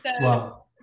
Wow